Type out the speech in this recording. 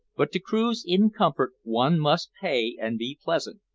but to cruise in comfort one must pay and be pleasant,